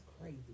crazy